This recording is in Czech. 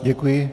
Děkuji.